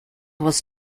was